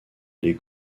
les